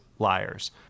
liars